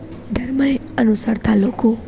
ધર્મને અનુસરતા લોકો